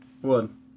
one